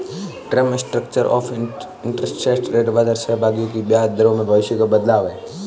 term structure of interest rate बाजार सहभागियों की ब्याज दरों में भविष्य के बदलाव है